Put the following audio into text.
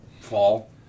fall